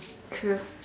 true